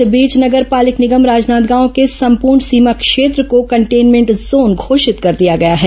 इस बीच नगर पालिक निगम राजनांदगांव के संपूर्ण सीमा क्षेत्र को कंटेन्मेंट जोन घोषित कर दिया गया है